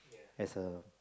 as a